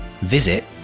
visit